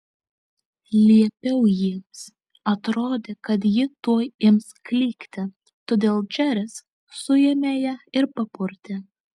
liepiau jiems atrodė kad ji tuoj ims klykti todėl džeris suėmė ją ir papurtė